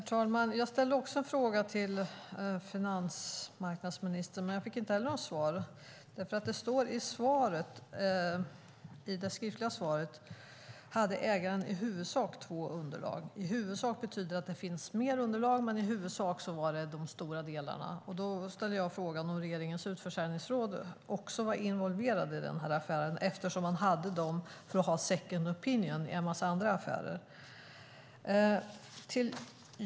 Herr talman! Jag ställde också en fråga till finansmarknadsministern, men inte heller jag fick något svar. I interpellationssvaret står det att ägaren i huvudsak hade två underlag. "I huvudsak" betyder att det fanns mer underlag men att dessa två täckte in de stora delarna. Jag ställde frågan om regeringens utförsäljningsråd också var involverat i affären eftersom man hade det för att få en second opinion i en massa andra affärer.